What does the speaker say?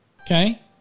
okay